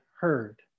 heard